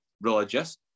religious